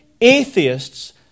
Atheists